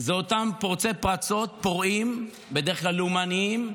הם אותם פורצי פרצות, פורעים, בדרך כלל לאומניים,